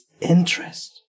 interest